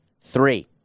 Three